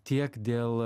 tiek dėl